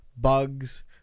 bugs